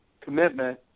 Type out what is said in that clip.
commitment